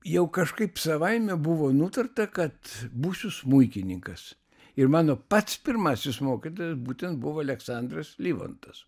jau kažkaip savaime buvo nutarta kad būsiu smuikininkas ir mano pats pirmasis mokytojas būtent buvo aleksandras livantas